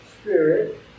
Spirit